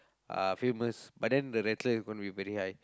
uh famous but then the rental is gonna be very high